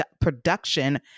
production